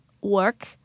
work